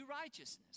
righteousness